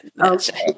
Okay